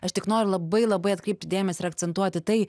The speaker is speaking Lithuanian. aš tik noriu labai labai atkreipti dėmesį ir akcentuot į tai